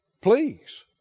please